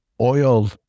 oil